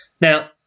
Now